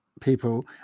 people